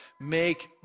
make